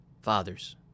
Fathers